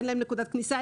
אין להם נקודת כניסה,